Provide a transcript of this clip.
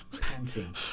panting